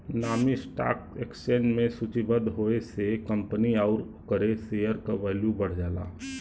नामी stock exchange में सूचीबद्ध होये से कंपनी आउर ओकरे शेयर क वैल्यू बढ़ जाला